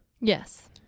Yes